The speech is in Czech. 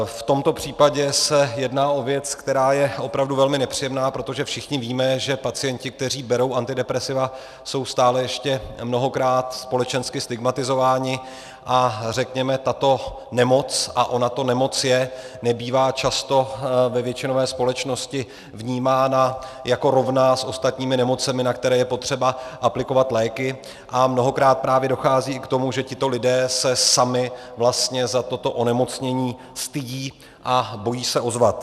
V tomto případě se jedná o věc, která je opravdu velmi nepříjemná, protože všichni víme, že pacienti, kteří berou antidepresiva, jsou stále ještě mnohokrát společensky stigmatizováni a tato nemoc, a ona to nemoc je, nebývá často ve většinové společnosti vnímána jako rovná s ostatními nemocemi, na které je potřeba aplikovat léky, a mnohokrát právě dochází i k tomu, že tito lidé se sami vlastně za toto onemocnění stydí a bojí se ozvat.